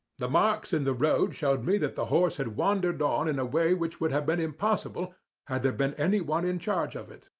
the marks in the road showed me that the horse had wandered on in a way which would have been impossible had there been anyone in charge of it.